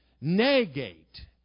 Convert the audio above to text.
negate